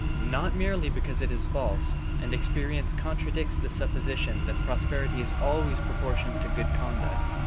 not merely because it is false, and experience contradicts the supposition that prosperity is always proportioned to good conduct,